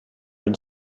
une